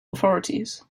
authorities